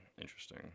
interesting